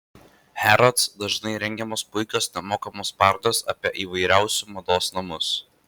harrods dažnai rengiamos puikios nemokamos parodos apie įvairiausiu mados namus